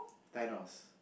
Thanos